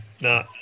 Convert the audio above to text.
No